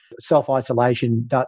self-isolation